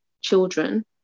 children